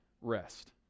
rest